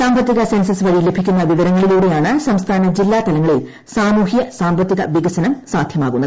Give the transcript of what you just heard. സാമ്പത്തിക സെൻസസ് വഴി ലഭിക്കുന്ന വിവരങ്ങളിലൂടെയാണ് സംസ്ഥാന ജില്ലാ തലങ്ങളിൽ സാമൂഹ്യ സാമ്പത്തിക വികസനം സാധ്യമാകുന്നത്